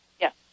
Yes